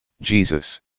Jesus